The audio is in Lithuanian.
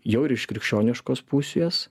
jau ir iš krikščioniškos pusės